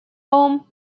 home